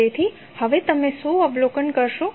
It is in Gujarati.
તેથી હવે તમે શું અવલોકન કરશો